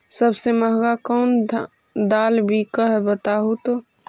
सबसे महंगा कोन दाल बिक है बताहु तो?